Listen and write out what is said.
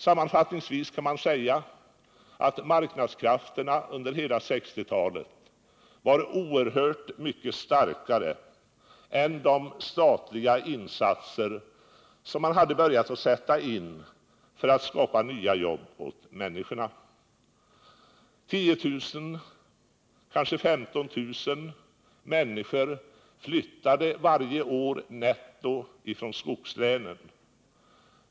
Sammanfattningsvis kan sägas att marknadskrafterna under hela 1960 talet var oerhört mycket starkare än de statliga insatser som man hade börjat sätta in för att skapa nya jobb åt människorna. 10000, kanske 15 000 människor — netto — flyttade varje år från skogslänen.